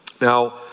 Now